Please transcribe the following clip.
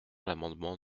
l’amendement